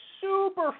super